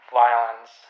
violence